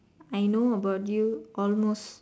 I know about you almost